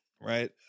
right